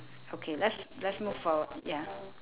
okay let's let's move forward ya